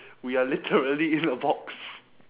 we are literally in a box